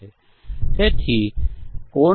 તો ચાલો આપણે તમને એક પ્રશ્ન પૂછીએ